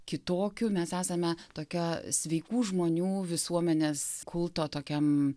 kitokių mes esame tokia sveikų žmonių visuomenės kulto tokiam